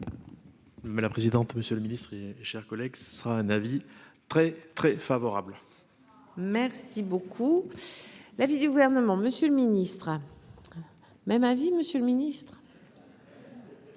Mais la présidente, monsieur le ministre, et est chers collègues, ce sera un avis très très favorable. Merci beaucoup, l'avis du gouvernement, Monsieur le Ministre, même avis monsieur le Ministre.